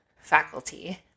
faculty